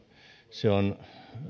se on